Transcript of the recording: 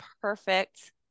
perfect